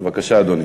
בבקשה, אדוני.